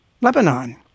Lebanon